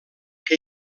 que